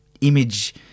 image